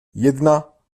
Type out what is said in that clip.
jedna